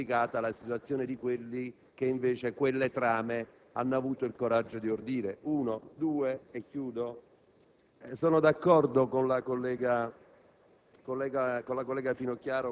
per la verità, è molto più complicata la situazione di coloro che, invece, quelle trame hanno avuto il coraggio di ordire. Sono inoltre d'accordo con la collega